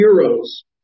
heroes